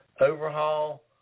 overhaul